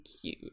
cute